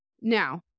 Now